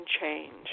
change